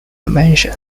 mention